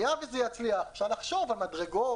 היה וזה יצליח אפשר לחשוב על מדרגות,